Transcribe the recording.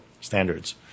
standards